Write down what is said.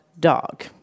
dog